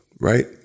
Right